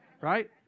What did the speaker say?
right